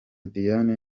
diane